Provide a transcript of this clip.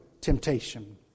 temptation